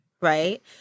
right